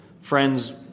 friends